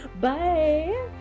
Bye